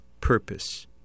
purpose